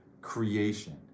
creation